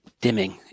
dimming